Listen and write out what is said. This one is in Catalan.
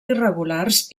irregulars